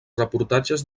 reportatges